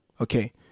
Okay